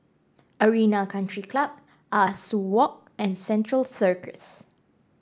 Arena Country Club Ah Soo Walk and Central Circus